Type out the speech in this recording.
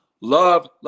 Love